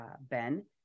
Ben